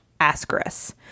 Ascaris